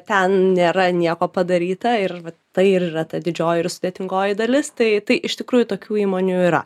ten nėra nieko padaryta ir va tai ir yra ta didžio ir sudėtingoji dalis tai tai iš tikrųjų tokių įmonių yra